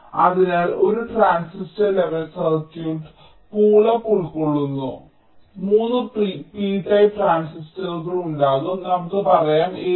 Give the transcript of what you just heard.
അതിനാൽ ഒരു transistor level circuit pull up ഉൾക്കൊള്ളുന്നു 3 p ടൈപ്പ് ട്രാൻസിസ്റ്ററുകൾ ഉണ്ടാകും നമുക്ക് പറയാം ABC